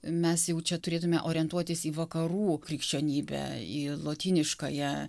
mes jau čia turėtume orientuotis į vakarų krikščionybę į lotyniškąją